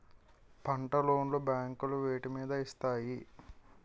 పంట లోన్ లు బ్యాంకులు వేటి మీద ఇస్తాయి?